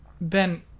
Ben